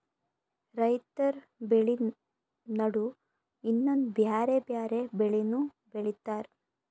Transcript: ರೈತರ್ ಬೆಳಿ ನಡು ಇನ್ನೊಂದ್ ಬ್ಯಾರೆ ಬ್ಯಾರೆ ಬೆಳಿನೂ ಬೆಳಿತಾರ್